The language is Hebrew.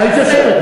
היית יושבת,